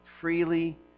freely